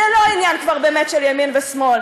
זה כבר באמת לא עניין של ימין ושמאל,